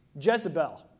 Jezebel